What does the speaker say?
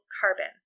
carbon